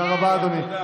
אופיר.